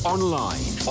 Online